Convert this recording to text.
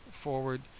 forward